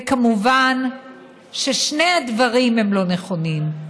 וכמובן ששני הדברים הם לא נכונים: